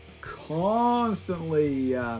constantly